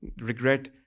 regret